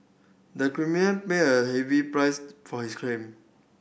the criminal paid a heavy price for his crime